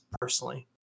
personally